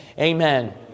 Amen